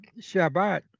Shabbat